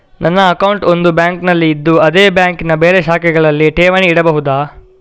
ನನ್ನ ಅಕೌಂಟ್ ಒಂದು ಬ್ಯಾಂಕಿನಲ್ಲಿ ಇದ್ದು ಅದೇ ಬ್ಯಾಂಕಿನ ಬೇರೆ ಶಾಖೆಗಳಲ್ಲಿ ಠೇವಣಿ ಇಡಬಹುದಾ?